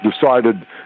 decided